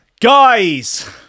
Guys